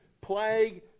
plague